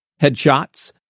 headshots